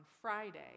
Friday